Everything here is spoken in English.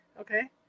okay